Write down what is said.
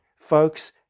Folks